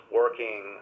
working